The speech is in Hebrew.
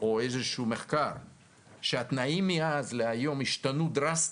או איזשהו מחקר שהתנאים מאז להיום השתנו דרסטית,